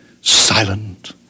silent